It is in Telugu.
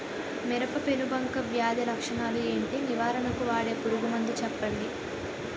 మిరప పెనుబంక వ్యాధి లక్షణాలు ఏంటి? నివారణకు వాడే పురుగు మందు చెప్పండీ?